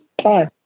Hi